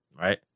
Right